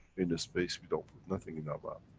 in the space, we don't put nothing in our but